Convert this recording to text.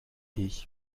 ich